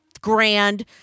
grand